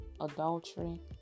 adultery